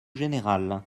générale